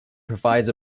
provides